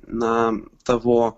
na tavo